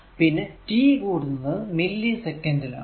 പിന്നെ t കൂടുന്നത് millisecond ൽ ആണ്